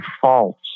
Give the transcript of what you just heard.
false